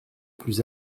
plus